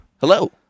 Hello